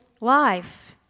life